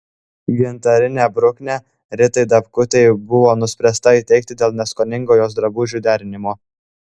gintarinę bruknę ritai dapkutei buvo nuspręsta įteikti dėl neskoningo jos drabužių derinimo